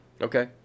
Okay